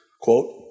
quote